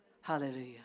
Hallelujah